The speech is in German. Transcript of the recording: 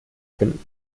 finden